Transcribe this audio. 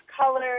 color